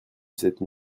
cette